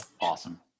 Awesome